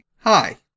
Hi